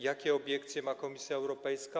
Jakie obiekcje ma Komisja Europejska?